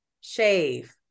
shave